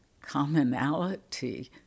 commonality